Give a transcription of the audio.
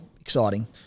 exciting